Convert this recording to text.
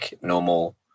normal